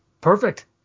perfect